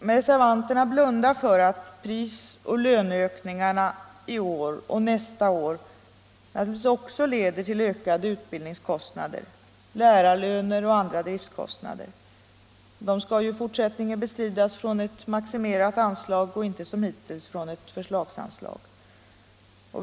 Men reservanterna blundar för att prisoch löneökningarna i år och nästa år naturligtvis också leder till ökade utbildningskostnader — lärarlöner och andra driftkostnader. De skall ju i fortsättningen bestridas från ett maximerat anslag och inte som hittills från ett förslagsanslag.